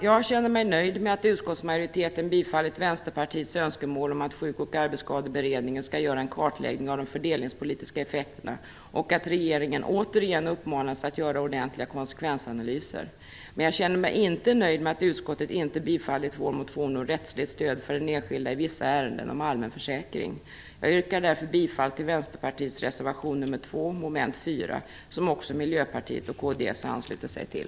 Jag känner mig nöjd med att utskottsmajoriteten tillstyrkt Vänsterpartiets önskemål om att Sjuk och arbetsskadeberedningen skall göra en kartläggning av de fördelningspolitiska effekterna och att regeringen återigen uppmanas att göra ordentliga konsekvensanalyser. Men jag känner mig inte nöjd med att utskottet inte tillstyrkt vår motion om rättsligt stöd för den enskilda i vissa ärenden om allmän försäkring. Jag yrkar därför bifall till Vänsterpartiets reservation nr 2 avseende mom.4, som också Miljöpartiet och kds har anslutit sig till.